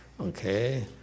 okay